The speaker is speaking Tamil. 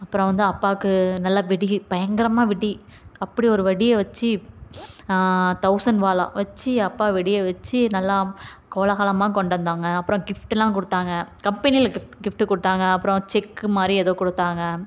அப்புறம் வந்து அப்பாவுக்கு நல்ல வெடி பயங்கரமாக வெடி அப்படி ஒரு வெடியை வச்சு தெளசண்ட்வாலா வச்சு அப்பா வெடியை வச்சு நல்லா கோலாகலமாக கொண்டந்தாங்க அப்புறம் கிஃப்ட்லாம் கொடுத்தாங்க கம்பெனியில் கிஃ கிஃப்ட் கொடுத்தாங்க அப்புறம் செக் மாதிரி எதோ கொடுத்தாங்க